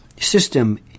system